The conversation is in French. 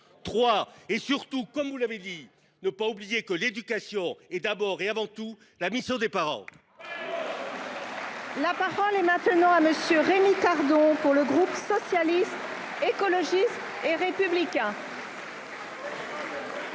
et surtout, comme vous l’avez dit, ne pas oublier que l’éducation est d’abord et avant tout la mission des parents ! La parole est à M. Rémi Cardon, pour le groupe Socialiste, Écologiste et Républicain.